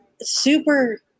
super